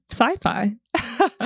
sci-fi